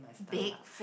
my stomach